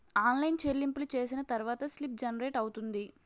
online చెల్లింపులు చేసిన తర్వాత స్లిప్ జనరేట్ అవుతుంది